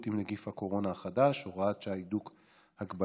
עם נגיף הקורונה החדש (הוראת שעה) (הידוק הגבלות)